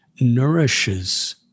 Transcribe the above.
nourishes